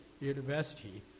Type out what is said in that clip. university